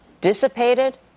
dissipated